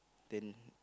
then